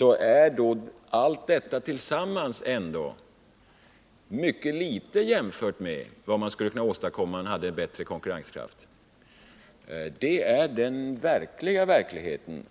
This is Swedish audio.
Men detta ger ändå sammantaget mycket litet jämfört med vad man skulle kunna åstadkomma om företagen hade en bättre konkurrenskraft. Det är den reella verkligheten.